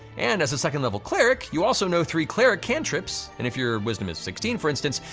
and as the second level cleric, you also know three cleric cantrips, and if your wisdom is sixteen for instance,